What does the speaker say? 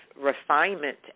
refinement